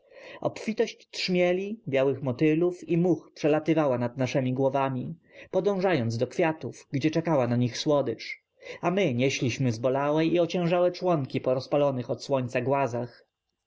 obfitość trzmieli białych motylów i much przelatywała nad naszemi głowami podążając do kwiatów gdzie czekała na nich słodycz a my nieśliśmy zbolałe i ociężałe członki po rozpalonych od słońca głazach